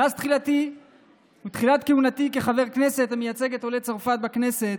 מאז תחילת כהונתי כחבר כנסת המייצג את עולי צרפת בכנסת,